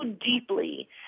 deeply